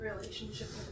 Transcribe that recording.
relationship